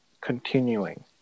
continuing